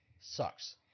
sucks